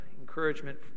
encouragement